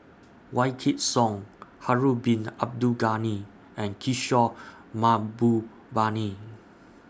Wykidd Song Harun Bin Abdul Ghani and Kishore Mahbubani